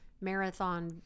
marathon